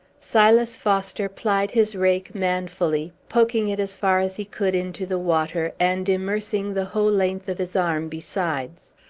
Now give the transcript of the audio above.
silas foster plied his rake manfully, poking it as far as he could into the water, and immersing the whole length of his arm besides.